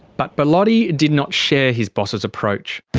but bellotti did not share his boss's approach.